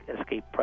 escape